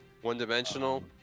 One-dimensional